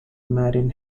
marin